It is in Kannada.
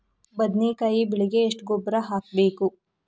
ಬದ್ನಿಕಾಯಿ ಬೆಳಿಗೆ ಎಷ್ಟ ಗೊಬ್ಬರ ಹಾಕ್ಬೇಕು?